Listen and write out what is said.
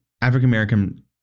african-american